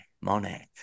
Monet